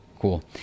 cool